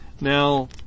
Now